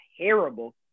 terrible